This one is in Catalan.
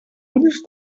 ulls